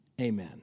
amen